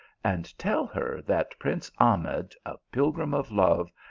and tell her that prince ahmed, a pilgrim of love,